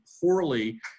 poorly